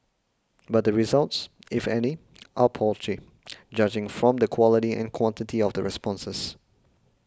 but the results if any are paltry judging from the quality and quantity of the responses